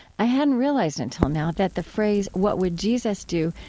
i hadn't realized until now that the phrase what would jesus do?